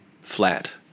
flat